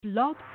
Blog